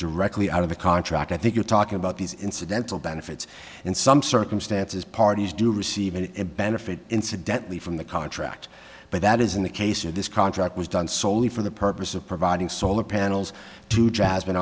directly out of a contract i think you're talking about these incidental benefits in some circumstances parties do receive an a benefit incidentally from the contract but that isn't the case or this contract was done soley for the purpose of providing solar panels to jasmine